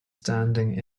standing